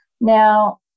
Now